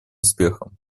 успехом